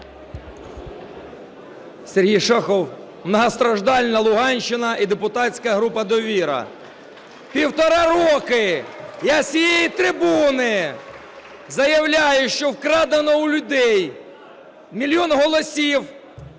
Сергій Шахов, многостраждальна Луганщина і депутатська група "Довіра". Півтора роки я з цієї трибуни заявляю, що вкрадено в людей мільйон голосів